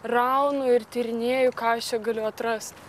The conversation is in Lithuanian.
raunu ir tyrinėju ką aš čia galiu atrast